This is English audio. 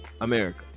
America